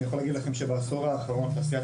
אני יכול להגיד לכם שבעשור האחרון תעשיית